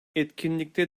etkinlikte